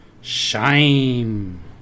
shame